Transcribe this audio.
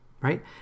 right